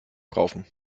kaufen